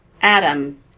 Adam